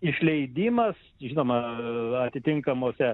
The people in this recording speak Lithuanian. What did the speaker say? išleidimas žinoma atitinkamose